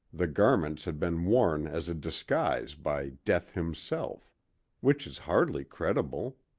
the garments had been worn as a disguise by death himself which is hardly credible.